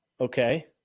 Okay